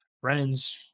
friends